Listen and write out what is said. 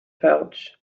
pouch